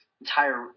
entire –